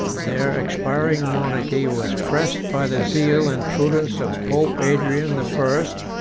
their expiring monarchy was pressed by the zeal and prudence of pope adrian the first,